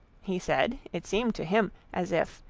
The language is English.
he said, it seemed to him as if,